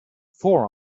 four